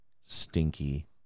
stinky